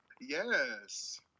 Yes